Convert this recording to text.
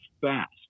fast